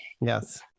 yes